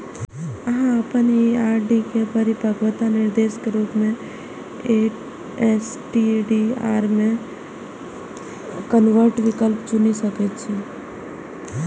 अहां अपन ई आर.डी के परिपक्वता निर्देश के रूप मे एस.टी.डी.आर मे कन्वर्ट विकल्प चुनि सकै छी